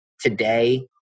today